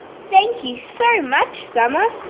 thank you so much summer!